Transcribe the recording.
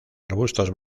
arbustos